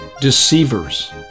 Deceivers